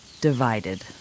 divided